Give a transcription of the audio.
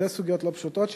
אלו סוגיות לא פשוטות,